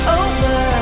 over